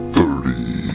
Thirty